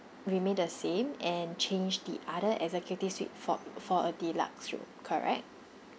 remained the same and change the other executive suite for for a deluxe room correct